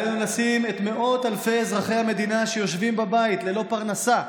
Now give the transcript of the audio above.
עלינו לשים את מאות אלפי אזרחי המדינה שיושבים בבית ללא פרנסה,